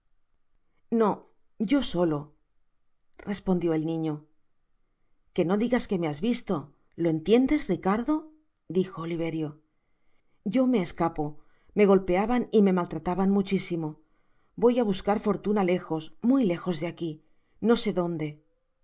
no yo solo respondió el niño que no digas que me has visto lo entiendes ricardo dijo oliverioyo me escapo me golpeaban y me maltrataban muchisimo voy á buscar fortuna lejos muy lejos de aqui no se donde